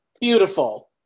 beautiful